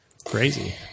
Crazy